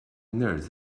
nerds